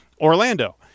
Orlando